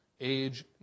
age